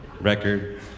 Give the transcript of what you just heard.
Record